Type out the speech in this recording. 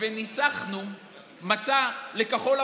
וניסחנו מצע לכחול לבן.